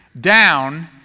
down